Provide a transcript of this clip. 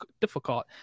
difficult